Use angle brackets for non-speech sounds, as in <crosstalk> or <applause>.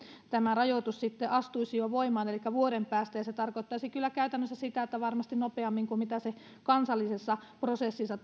tämä rajoitus astuisi voimaan jo vuonna kaksituhattakaksikymmentäyksi elikkä vuoden päästä se tarkoittaisi kyllä käytännössä sitä että se tulisi voimaan varmasti nopeammin kuin kansallisessa prosessissa <unintelligible>